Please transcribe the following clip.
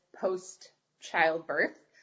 post-childbirth